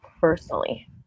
personally